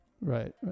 right